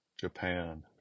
Japan